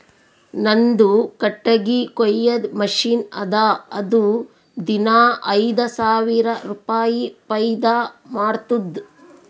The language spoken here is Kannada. ನಂದು ಕಟ್ಟಗಿ ಕೊಯ್ಯದ್ ಮಷಿನ್ ಅದಾ ಅದು ದಿನಾ ಐಯ್ದ ಸಾವಿರ ರುಪಾಯಿ ಫೈದಾ ಮಾಡ್ತುದ್